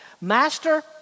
Master